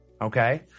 Okay